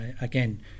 again